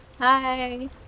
Hi